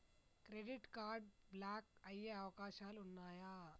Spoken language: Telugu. క్రెడిట్ కార్డ్ బ్లాక్ అయ్యే అవకాశాలు ఉన్నయా?